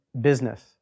business